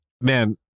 man